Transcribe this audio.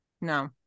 No